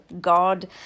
God